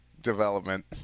development